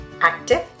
active